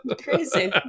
crazy